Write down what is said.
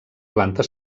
planta